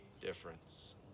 difference